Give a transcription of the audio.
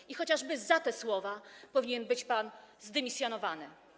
I chociażby za te słowa powinien być pan zdymisjonowany.